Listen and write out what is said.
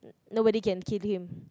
nobody can kill him